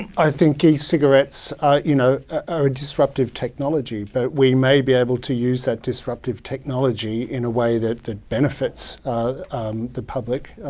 i think e-cigarettes you know are a disruptive technology. but we may be able to use that disruptive technology in a way that that benefits the public,